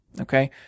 Okay